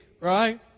right